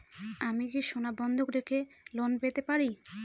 আমি কি সোনা বন্ধক রেখে লোন পেতে পারি?